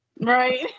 Right